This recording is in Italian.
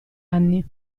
anni